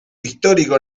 histórico